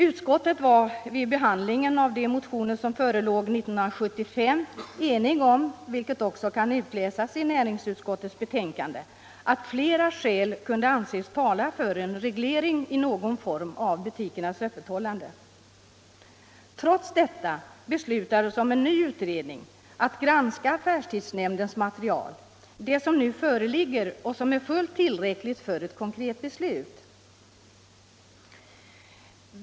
Utskottet var vid behandlingen av de motioner som förelåg 1975 enigt om — vilket också kan utläsas av näringsutskottets betänkande — att flera skäl kunde anses tala för en reglering i någon form av butikernas öppethållande. Trots detta beslutades om en ny utredning för att granska affärstidsnämndens material, alltså det material som nu föreligger och som är fullt tillräckligt för ett konkret beslut.